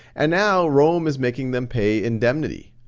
and now, rome is making them pay indemnity.